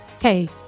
Hey